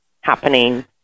happening